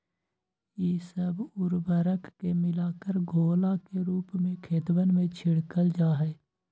ई सब उर्वरक के मिलाकर घोला के रूप में खेतवन में छिड़कल जाहई